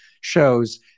shows